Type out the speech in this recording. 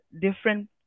different